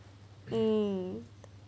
um